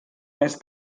més